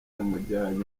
yamujyanye